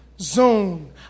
zone